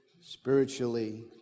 spiritually